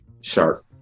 Shark